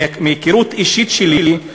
מהיכרות אישית שלי,